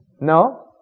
No